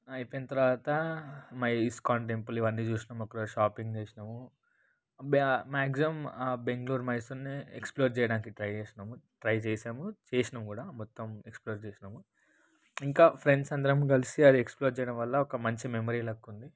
అయిపోయిన తర్వాతా మై ఇస్కాన్ టెంపుల్ ఇవన్నీ చూసినాం అక్కడ షాపింగ్ చేసినమూ మ్యా మ్యాక్సిమమ్ బెంగళూరు మైసూర్ని ఎక్స్ప్లోర్ చేయడానికి ట్రై చేసినాము ట్రై చేసాము చేసినాము కూడా మొత్తం ఎక్స్ప్లోర్ చేసినాము ఇంకా ఫ్రెండ్స్ అందరం కలిసి అది ఎక్స్ప్లోర్ చేయడం వల్ల ఒక మంచి మెమరీ లెక్కుంది